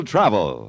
Travel